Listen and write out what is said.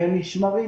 והם נשמרים.